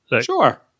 Sure